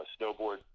snowboard